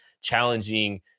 challenging